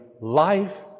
life